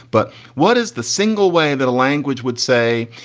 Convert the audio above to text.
but what is the single way that a language would say?